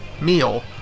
meal